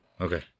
Okay